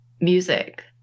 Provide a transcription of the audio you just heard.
music